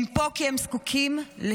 הם פה כי הם זקוקים לתקווה.